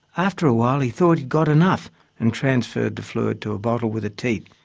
after a while he thought he'd got enough and transferred the fluid to a bottle with a teat.